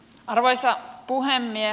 arvoisa puhemies